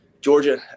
Georgia